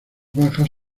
bajas